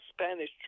Spanish